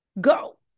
Go